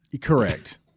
Correct